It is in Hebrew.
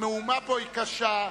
המהומה פה היא קשה.